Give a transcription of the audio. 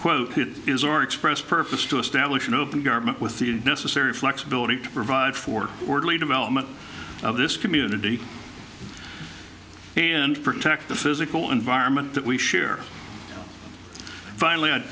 it is or express purpose to establish an open government with the necessary flexibility to provide for orderly development of this community and protect the physical environment that we share finally